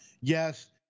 yes